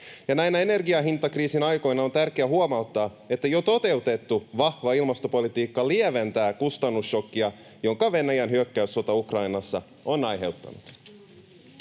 näinä energiahintakriisin aikoina on tärkeää huomauttaa, että jo toteutettu vahva ilmastopolitiikka lieventää kustannusšokkia, jonka Venäjän hyökkäyssota Ukrainassa on aiheuttanut.